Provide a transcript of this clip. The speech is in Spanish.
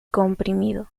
comprimido